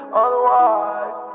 otherwise